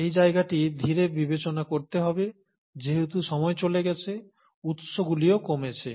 এই জায়গাটি ধীরে বিবেচনা করতে হবে যেহেতু সময় চলে গেছে উৎস গুলিও কমেছে